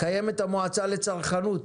קיימת המועצה לצרכנות,